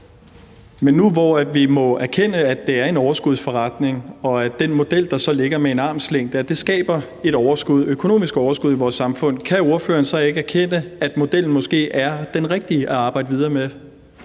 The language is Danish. Men nu, hvor vi må erkende, at det er en overskudsforretning, og at den model, der så ligger, armslængdemodellen, skaber et økonomisk overskud i vores samfund, kan ordføreren så ikke erkende, at modellen måske er den rigtige at arbejde videre med?